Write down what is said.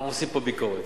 אנחנו עושים פה ביקורת.